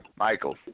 Michael